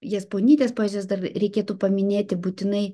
jasponytės poezijos dar reikėtų paminėti būtinai